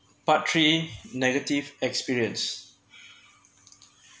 part three negative experience